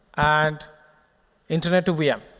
and internet to vm,